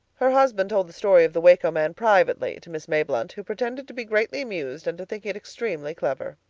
her husband told the story of the waco man privately to miss mayblunt, who pretended to be greatly amused and to think it extremely clever.